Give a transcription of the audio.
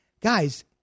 Guys